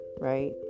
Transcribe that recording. right